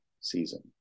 season